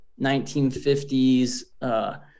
1950s